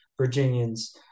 Virginians